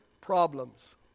problems